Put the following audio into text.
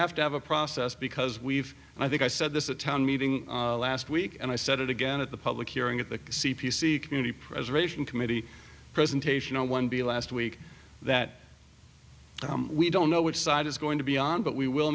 have to have a process because we've i think i said this a town meeting last week and i said it again at the public hearing at the c p c community preservation committee presentation on one b last week that we don't know which side is going to be on but we will